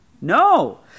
No